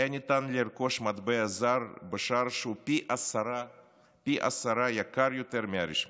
היה ניתן לרכוש מטבע זר בשער שהוא יקר פי עשרה מהרשמי.